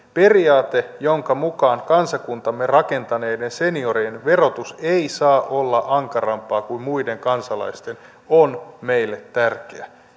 periaate jonka mukaan kansakuntamme rakentaneiden seniorien verotus ei saa olla ankarampaa kuin muiden kansalaisten on meille tärkeä